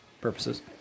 purposes